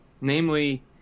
namely